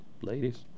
ladies